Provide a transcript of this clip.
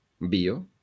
bio